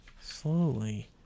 slowly